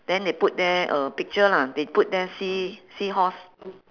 then they put there uh picture lah they put there sea~ seahorse